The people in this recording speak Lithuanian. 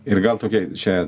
ir gal tokia čia